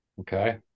Okay